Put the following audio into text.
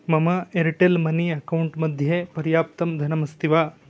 मम Airtel money अकौण्ट्मध्ये पर्याप्तं धनमस्ति वा